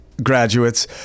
Graduates